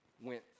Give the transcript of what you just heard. went